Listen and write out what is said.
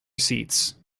seats